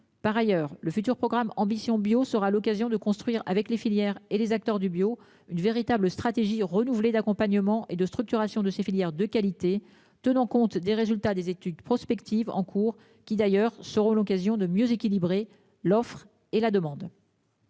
par ailleurs le futur programme Ambition bio sera l'occasion de construire avec les filières et les acteurs du bio, une véritable stratégie renouvelée d'accompagnement et de structuration de ces filières de qualité tenant compte des résultats des études prospectives en cours qui d'ailleurs seront l'occasion de mieux équilibrer l'offre et la demande.